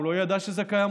הוא לא ידע שזה קיים,